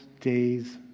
days